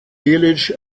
delitzsch